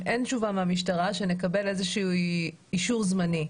אין תשובה מהמשטרה שנקבל איזשהו אישור זמני.